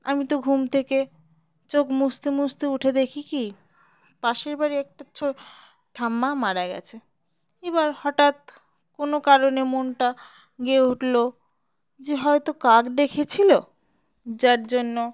আমি তো ঘুম থেকে চোখ মুছতে মুছতে উঠে দেখি কি পাশের বাড়ি একটা ছো ঠাম্মা মারা গেছে এবার হঠাৎ কোনো কারণে মনটা গেয়ে উঠলো যে হয়তো কাক ডেকেছিল যার জন্য